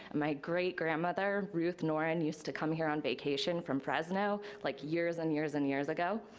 my great grandmother ruth noren used to come here on vacation from fresno, like years and years and years ago.